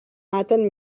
maten